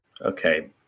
Okay